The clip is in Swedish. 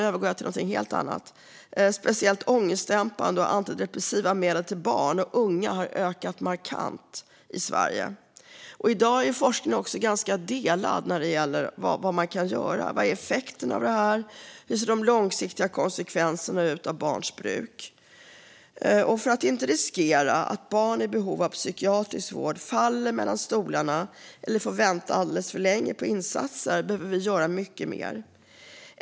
Förskrivningen av psykofarmaka, speciellt ångestdämpande och antidepressiva medel, till barn och unga har ökat markant i Sverige. I dag är forskningen ganska delad när det gäller vad man kan göra, vad effekterna blir och hur de långsiktiga konsekvenserna av barns bruk ser ut. För att inte riskera att barn i behov av psykiatrisk vård faller mellan stolarna eller får vänta alldeles för länge på insatser behöver vi göra mycket mer.